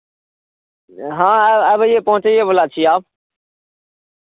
हँ आबैए पहुँचैएवला छी आब